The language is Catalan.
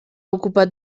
ocupat